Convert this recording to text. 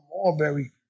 Mulberry